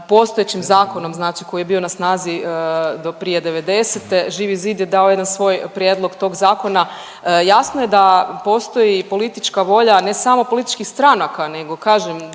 Postojećim zakonom znači koji je bio na snazi do prije '90-te, Živi Zid je dao jedan svoj prijedlog tog zakona. Jasno je da postoji politička volja, ne samo političkih stranaka, nego kažem